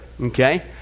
okay